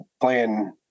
playing